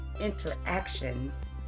interactions